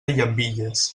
llambilles